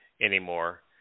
anymore